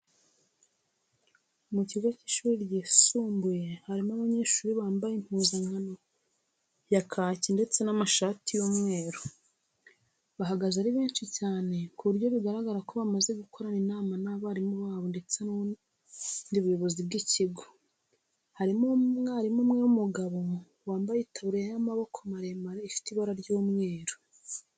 Mu kigo cy'ishuri ryisumbuye harimo abanyeshuri bambaye impuzankano ya kaki ndetse n'amashati y'umweru. Bahagaze ari benshi cyane ku buryo bigaragara ko bamaze gukorana inama n'abarimu babo ndetse n'ubundi buyobozi bw'ikigo. Harimo umwarimu umwe w'umugabo wambaye itaburiya y'amaboko maremare ifite ibara ry'umweru.